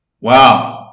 Wow